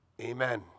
Amen